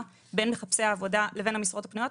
בין מחפשי העבודה לבין המשרות הפנויות,